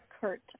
Kurt